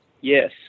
yes